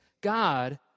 God